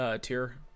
tier